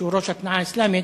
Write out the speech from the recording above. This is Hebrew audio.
שהוא ראש התנועה האסלאמית,